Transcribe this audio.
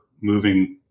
moving